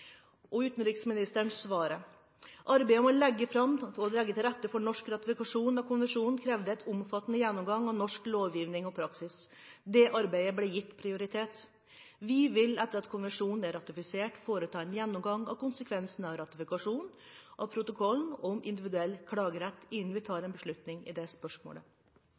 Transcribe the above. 1997. Utenriksministeren svarer: «Arbeidet med å legge til rette for norsk ratifikasjon av konvensjonen krevde en omfattende gjennomgang av norsk lovgivning og praksis, og dette arbeidet ble gitt prioritet. Vi vil, etter at konvensjonen er ratifisert, foreta en gjennomgang av konsekvensene av ratifikasjon av protokollen om individuell klagerett innen vi tar en beslutning i dette spørsmålet.»